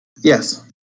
Yes